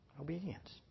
Obedience